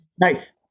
Nice